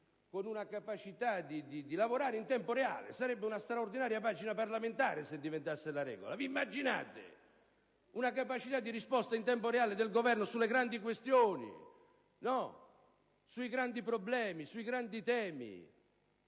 una capacità di lavorare in tempo reale: sarebbe una straordinaria pagina parlamentare, se questo diventasse la regola. Vi immaginate? Una capacità di risposta del Governo in tempo reale, in ventiquattrore, sulle grandi questioni, sui grandi problemi e sui grande temi!